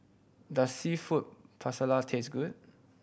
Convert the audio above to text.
does Seafood Paella taste good